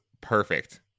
perfect